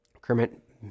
Kermit